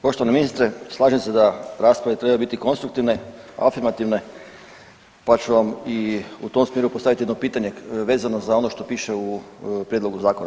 Poštovani ministre, slažem se da rasprava trebaju biti konstruktivne, afirmativne, pa ću vam i u tom smjeru postaviti jedno pitanje vezano za ono što piše u prijedlogu zakona.